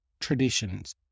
traditions